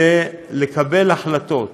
לקבל החלטות.